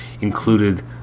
included